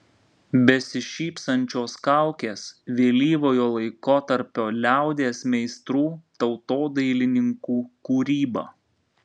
besišypsančios kaukės vėlyvojo laikotarpio liaudies meistrų tautodailininkų kūryba